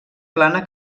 plana